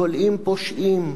כולאים פושעים.